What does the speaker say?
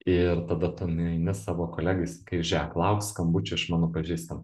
ir tada tu nueini savo kolegai sakai žėk lauk skambučio iš mano pažįstamo